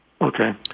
Okay